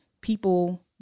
people